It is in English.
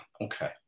okay